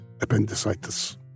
appendicitis